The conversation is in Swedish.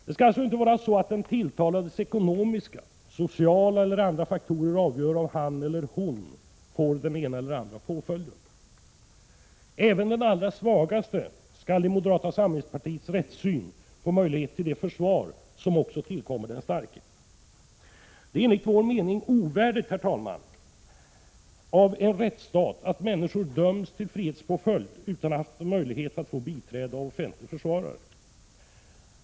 Det skall alltså inte vara så att den tilltalades ekonomiska, sociala eller andra förutsättningar avgör om han eller hon får den ena eller den andra påföljden. Även den allra svagaste skall enligt moderata samlingspartiets rättssyn få möjlighet till det försvar som också tillkommer den starke. Det är enligt vår mening ovärdigt rättsstaten att människor döms till frihetspåföljd utan att de haft möjlighet att få biträde av offentlig försvarare.